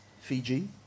Fiji